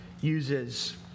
uses